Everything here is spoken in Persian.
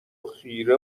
خیره